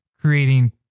creating